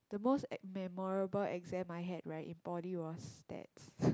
the most ex~ memorable exam I had right in poly was